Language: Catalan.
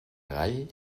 gall